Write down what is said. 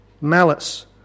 malice